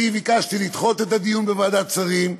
אני ביקשתי לדחות את הדיון בוועדת שרים,